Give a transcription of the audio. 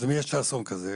אם יש אסון כזה,